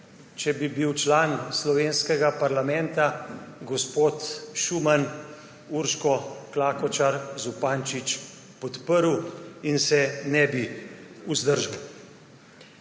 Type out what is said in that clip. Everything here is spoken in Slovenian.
če bi bil član slovenskega parlamenta, gospod Schuman Urško Klakočar Zupančič podprl in se ne bi vzdržal.